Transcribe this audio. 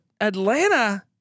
Atlanta